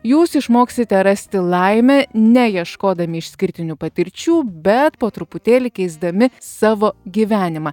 jūs išmoksite rasti laimę ne ieškodami išskirtinių patirčių bet po truputėlį keisdami savo gyvenimą